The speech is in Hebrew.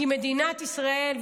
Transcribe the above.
כי מדינת ישראל,